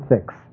six